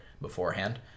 beforehand